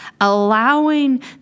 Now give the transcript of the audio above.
allowing